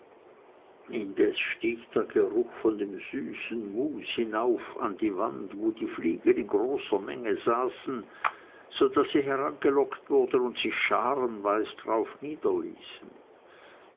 indes stieg der geruch von dem süßen mus hinauf an die wand wo die fliegen in großer menge saßen so daß sie herangelockt wurden und sich scharenweis darauf niederließen